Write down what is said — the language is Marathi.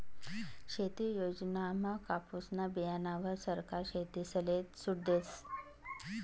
शेती योजनामा कापुसना बीयाणावर सरकार शेतकरीसले सूट देस